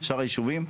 שאר היישובים.